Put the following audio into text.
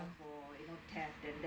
you know theft and then